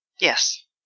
Yes